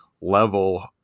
level